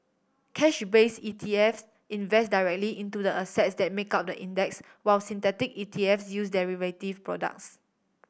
cash base E T F invest directly into the assets that make up the index while synthetic E T F use derivative products